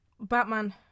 Batman